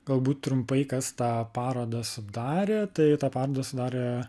galbūt trumpai kas tą parodą sudarė tai tą parodą sudarė